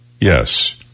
Yes